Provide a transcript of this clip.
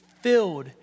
filled